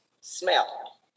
smell